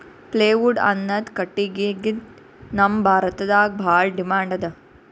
plywood ಅನ್ನದ್ ಕಟ್ಟಗಿಗ್ ನಮ್ ಭಾರತದಾಗ್ ಭಾಳ್ ಡಿಮ್ಯಾಂಡ್ ಅದಾ